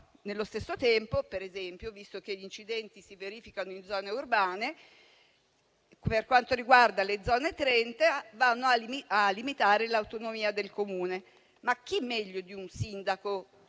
Nello stesso tempo, per esempio, visto che gli incidenti si verificano in zone urbane, per quanto riguarda la zona 30, vanno a limitare l'autonomia del Comune. Ma chi meglio di un sindaco